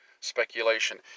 speculation